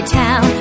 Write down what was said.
town